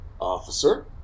Officer